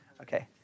Okay